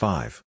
Five